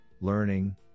learning